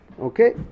Okay